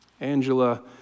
Angela